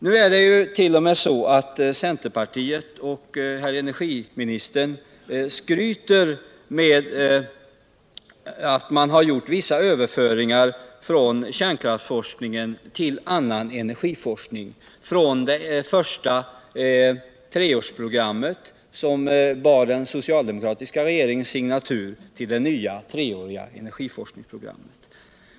Nu skryter ju energiministern och centerpartiet över att det har gjorts vissa överföringar från kärnkraftstorskning till annan energiforskning — från det första treårsprogrammet som bar den socialdemokratiska regeringens signatur till det nya treåriga energiforskningsprogrammet.